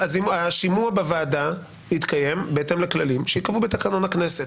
השימוע בוועדה יתקיים בהתאם לכללים שייקבעו בתקנון הכנסת.